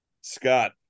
Scott